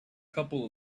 couple